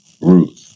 Ruth